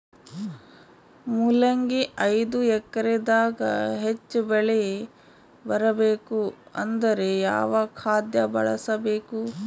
ಮೊಲಂಗಿ ಐದು ಎಕರೆ ದಾಗ ಹೆಚ್ಚ ಬೆಳಿ ಬರಬೇಕು ಅಂದರ ಯಾವ ಖಾದ್ಯ ಬಳಸಬೇಕು?